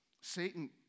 Satan